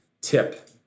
tip